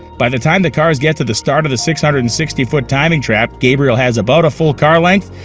by the time the cars get to the start of the six hundred and sixty foot timing trap, gabriel has about a full car length,